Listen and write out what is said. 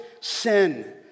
sin